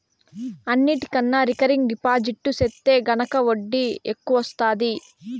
అన్నిటికన్నా recurring deposit సెత్తే గనక ఒడ్డీ ఎక్కవొస్తాది